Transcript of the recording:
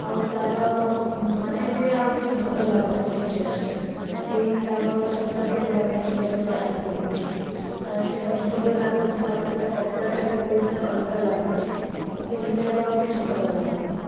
ଆଉ ତା'ର ମାନେ ଏବେ ଆଉ କିଛି ଭଲ ଲାଗୁନାହିଁ ସେହି ଡ୍ରେସ୍ଟା ସେହି ତା'ର ସୂତା ବି ଗୁଡ଼ାକ ଡ୍ରେସ୍ରୁ ବାହାରି ପଡ଼ୁଛି ସେଇଟା ଭଲ ଲାଗୁନାହିଁ ତା'ପରେ ତା' କପଡ଼ାଟା ବି ବହୁତ ଅଲଗା ଲାଗୁଛି ତ ପିନ୍ଧିଲେ ଏବେ ଆଉ କିଛି ଭଲ ଲାଗୁନାହିଁ